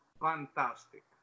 Fantastic